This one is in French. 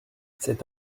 cet